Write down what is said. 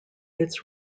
its